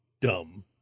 dumb